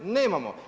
Nemamo.